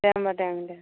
दे होमब्ला दे दे